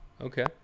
Okay